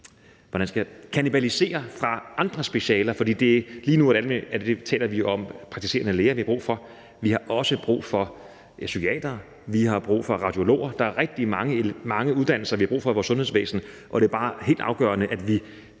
på ikke at kannibalisere på andre specialer, fordi vi jo lige nu taler om, at vi har brug for praktiserende læger. Vi har også brug for psykiatere, og vi har brug for radiologer. Der er rigtig mange uddannelser, vi har brug for i vores sundhedsvæsen, og det er jo bare helt afgørende, at vi